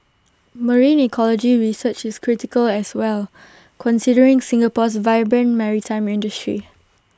marine ecology research is critical as well considering Singapore's vibrant maritime industry